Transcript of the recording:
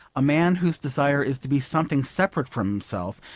a man whose desire is to be something separate from himself,